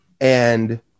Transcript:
And-